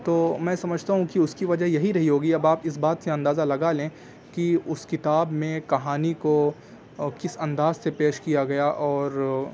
تو میں سمجھتا ہوں کہ اس کی وجہ یہی رہی ہوگی اب آپ اس بات سے اندازہ لگا لیں کہ اس کتاب میں کہانی کو کس انداز سے پیش کیا گیا اور